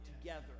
together